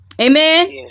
Amen